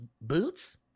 Boots